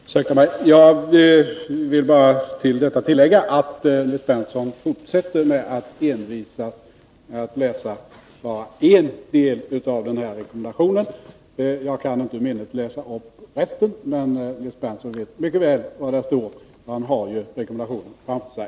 Herr talman! Jag vill bara till detta tillägga att Nils Berndtson envist fortsätter med att läsa bara en del av rekommendationen. Jag kan inte ur minnet läsa upp resten, men Nils Berndtson vet mycket väl vad där står, allra helst som han har rekommendationen framför sig.